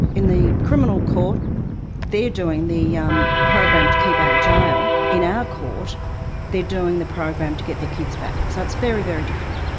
in the criminal court they are doing the um program to keep out of jail, in our court they are doing the program to get their kids back. so it's very, very different.